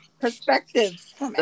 perspectives